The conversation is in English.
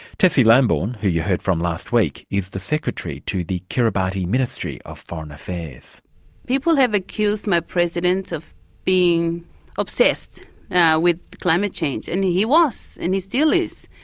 tessie lambourne, who you heard from last week, is the secretary to the kiribati ministry of foreign affairs. people have accused my president of being obsessed with climate change. and he was, and he still is,